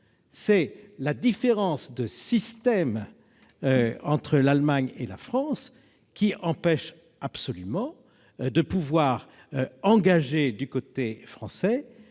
c'est la différence de système entre l'Allemagne et la France qui empêche absolument d'engager, du côté français,